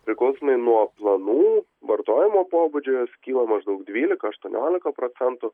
priklausomai nuo planų vartojimo pobūdžio jos kyla maždaug dvylika aštuoniolika procentų